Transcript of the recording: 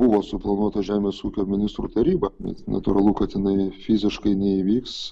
buvo suplanuota žemės ūkio ministrų taryba bet natūralu kad jinai fiziškai neįvyks